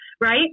right